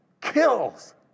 kills